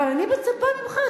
אבל אני מצפה ממך,